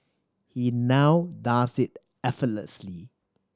he now does it effortlessly